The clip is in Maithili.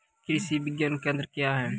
कृषि विज्ञान केंद्र क्या हैं?